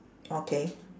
okay